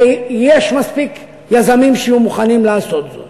ויש מספיק יזמים שיהיו מוכנים לעשות זאת.